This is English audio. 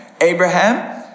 Abraham